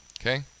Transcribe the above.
Okay